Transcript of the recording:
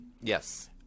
Yes